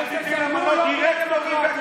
אני רציתי למנות דירקטורים,